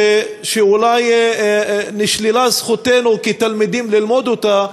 שאולי נשללה זכותנו כתלמידים ללמוד אותה,